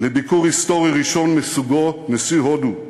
לביקור היסטורי ראשון מסוגו, נשיא הודו,